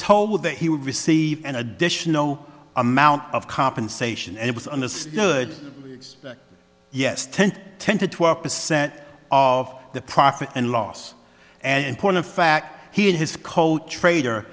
told that he would receive an additional amount of compensation and it was understood yes ten ten to twelve percent of the profit and loss and point of fact he had his coat trader